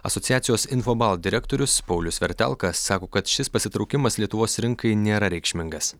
asociacijos infobalt direktorius paulius vertelka sako kad šis pasitraukimas lietuvos rinkai nėra reikšmingas